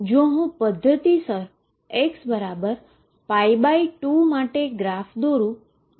તેથી જો હું પધ્ધતિસર X2 માટે ગ્રાફ દોરુ છું